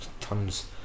tons